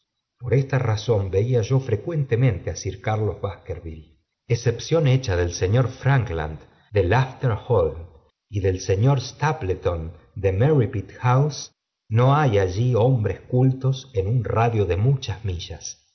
por esta razón veía yo frecuentemente á sir carlos basilkerville excepción hecha del señor frankland pde lafter hall y del señor stapleton de merripit house no hay llí hombres cultos en un raedlo de muchas millas